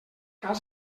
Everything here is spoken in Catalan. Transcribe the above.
cal